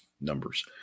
numbers